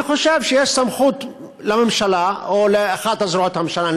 אני חושב שיש סמכות לממשלה או לאחת מזרועות הממשלה,